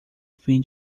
fim